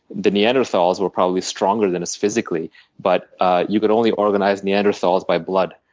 the neanderthals were probably stronger than us physically but you could only organize neanderthals by blood.